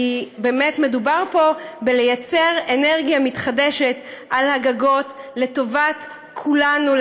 כי באמת מדובר פה בייצור אנרגיה מתחדשת על הגגות לטובת כולנו,